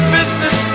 business